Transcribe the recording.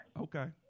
Okay